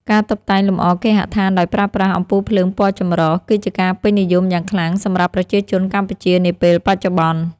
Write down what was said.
ការតុបតែងលម្អគេហដ្ឋានដោយប្រើប្រាស់អំពូលភ្លើងពណ៌ចម្រុះ គឺជាការពេញនិយមយ៉ាងខ្លាំងសម្រាប់ប្រជាជនកម្ពុជានាពេលបច្ចុប្បន្ន។